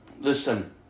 Listen